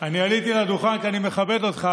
אני עליתי לדוכן כי אני מכבד אותך,